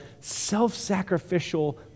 self-sacrificial